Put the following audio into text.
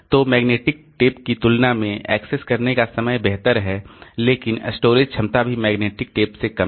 तो magnetic tape की तुलना में एक्सेस करने का समय बेहतर है लेकिन स्टोरेज क्षमता भी मैग्नेटिक टेप से कम है